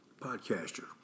Podcaster